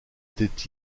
était